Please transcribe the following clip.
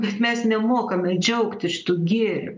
bet mes nemokame džiaugtis šitu gėriu